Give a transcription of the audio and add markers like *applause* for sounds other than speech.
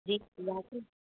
*unintelligible*